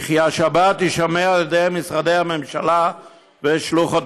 וכי השבת תישמר על ידי משרדי הממשלה ושלוחותיהם.